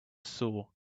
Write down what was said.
saw